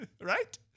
Right